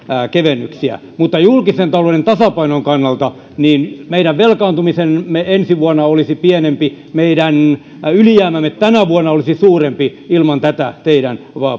kevennyksiä mutta julkisen talouden tasapainon kannalta meidän velkaantumisemme ensi vuonna olisi pienempi ja meidän ylijäämämme tänä vuonna olisi suurempi ilman tätä teidän